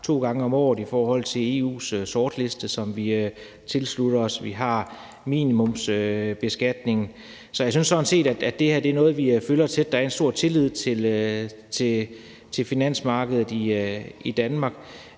to gange om året en diskussion om EU's sortliste, som vi tilslutter os, og vi har minimumsbeskatning. Så jeg synes sådan set, at det her er noget, vi følger tæt, og der er en stor tillid til finansmarkedet i Danmark.